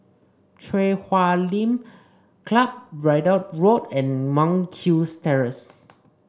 Chui Huay Lim Club Ridout Road and Monk's Hill Terrace